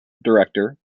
director